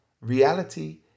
reality